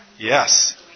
Yes